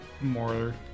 more